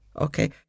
Okay